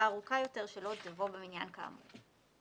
ארוכה יותר שלא תבוא במניין כאמור".